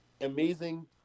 amazing